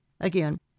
again